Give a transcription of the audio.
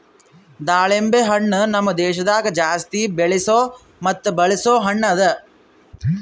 ದಾಳಿಂಬೆ ಹಣ್ಣ ನಮ್ ದೇಶದಾಗ್ ಜಾಸ್ತಿ ಬೆಳೆಸೋ ಮತ್ತ ಬಳಸೋ ಹಣ್ಣ ಅದಾ